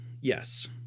Yes